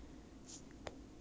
怕什么